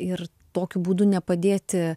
ir tokiu būdu nepadėti